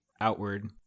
outward